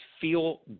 feel